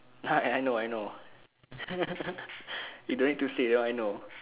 ha I know I know you don't need to say that one I know